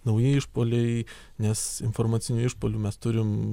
nauji išpuoliai nes informacinių išpuolių mes turim